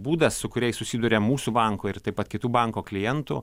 būdas su kuriais susiduria mūsų banko ir taip pat kitų banko klientų